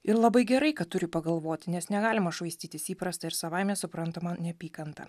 ir labai gerai kad turi pagalvoti nes negalima švaistytis įprasta ir savaime suprantama neapykanta